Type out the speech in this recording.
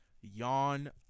yawn